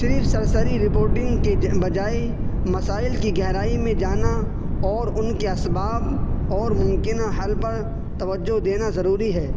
صرف سرسری رپورٹنگ کے بجائے مسائل کی گہرائی میں جانا اور ان کے اسباب اور ممکنہ حل پر توجہ دینا ضروری ہے